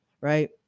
right